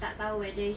tak tahu whether she